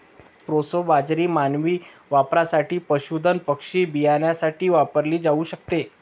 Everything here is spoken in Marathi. प्रोसो बाजरी मानवी वापरासाठी, पशुधन पक्षी बियाण्यासाठी वापरली जाऊ शकते